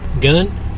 gun